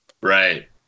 Right